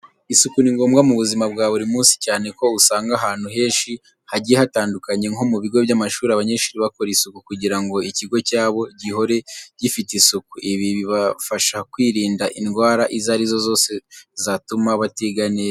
Isuku ni ngombwa mu buzima bwa buri munsi, cyane ko usanga ahantu henci hajyiye hatandukanye nko mu bigo by'amashuri, abanyeshuri bakora isuku kujyira ngo icyigo cyabo jyihore jyifite isuku. Ibi bibafasha kwirinda indwara izarizo zose zatuma batiga neza.